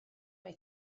mae